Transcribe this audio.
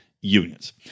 unions